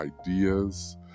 ideas